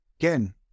Again